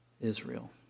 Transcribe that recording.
Israel